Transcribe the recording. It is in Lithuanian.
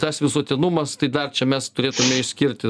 tas visuotinumas tai dar čia mes turėtume išskirti